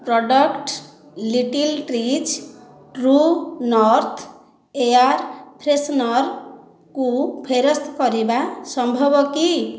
product Little Trees True North Air ଫ୍ରେଶନର୍କୁ ଫେରସ୍ତ କରିବା ସମ୍ଭବ କି